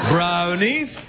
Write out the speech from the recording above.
Brownies